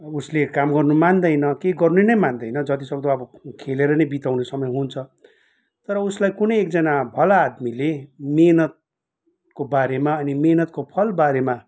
उसले काम गर्नु मान्दैन केही गर्नु नै मान्दैन जतिसक्दो अब खेलेर नै बिताउनु समय हुन्छ तर उसलाई कुनै एकजना भलाद्मीले मिहिनेतको बारेमा अनि मिहिनेतको फल बारेमा